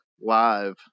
live